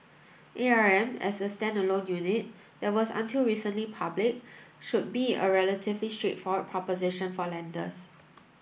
A R M as a standalone unit that was until recently public should be a relatively straightforward proposition for lenders